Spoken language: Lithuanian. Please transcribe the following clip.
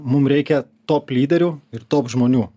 mum reikia top lyderių ir top žmonių